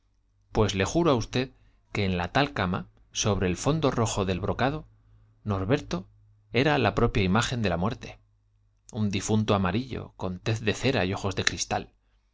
pues le raso juro á usted que en la tal cama sobre el fondo rojo del brocado norberto era la propiaimagen de la muerte un difunto amarillo con tez de cera de cristal